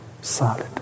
solid